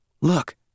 Look